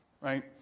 right